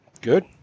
good